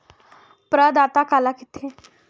प्रदाता काला कइथे?